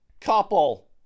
couple